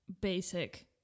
basic